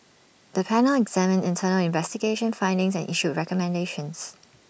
the panel examined internal investigation findings and issued recommendations